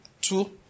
two